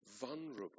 vulnerable